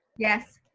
yes.